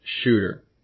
shooter